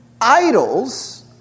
idols